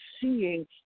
seeing